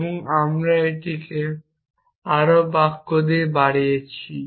এবং আমরা এটিকে আরও বাক্য দিয়ে বাড়িয়েছি